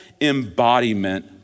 embodiment